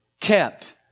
kept